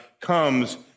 comes